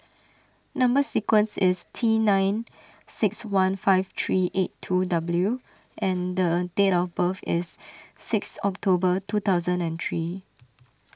Number Sequence is T nine six one five three eight two W and a date of birth is six October two thousand and three